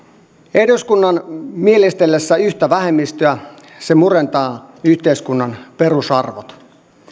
eduskunnan mielistellessä yhtä vähemmistöä se murentaa yhteiskunnan perusarvot